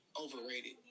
overrated